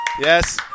Yes